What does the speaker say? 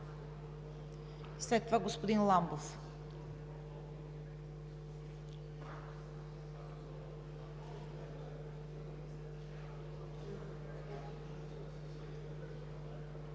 След това господин Кутев.